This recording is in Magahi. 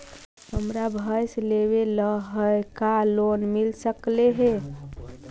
हमरा भैस लेबे ल है का लोन मिल सकले हे?